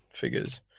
figures